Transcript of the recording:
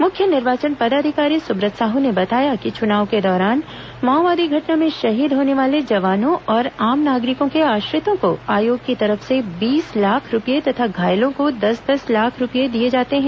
मुख्य निर्वाचन पदाधिकारी सुब्रत साह ने बताया कि चुनाव के दौरान माओवादी घटना में शहीद होने वाले जवानों और आम नागरिकों के आश्रितों को आयोग की तरफ से बीस लाख रूपए तथा घायलों को दस दस लाख रूपए दिए जाते हैं